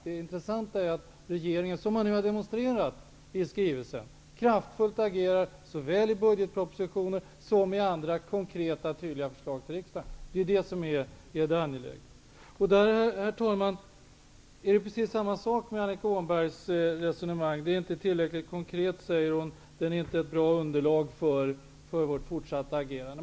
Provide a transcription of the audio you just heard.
Det intressanta är att regeringen, som man har demonstrerat i skrivelsen, kraftfullt agerar såväl i budgetpropositionen som i andra konkreta och tydliga förslag till riksdagen. Det är det som är det angelägna. Herr talman! Annika Åhnberg resonerar på precis samma sätt. Skrivelsen är inte tillräckligt konkret, säger hon, den är inte ett bra underlag för vårt fortsatta agerande.